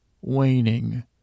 waning